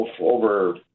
over